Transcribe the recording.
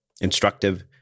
instructive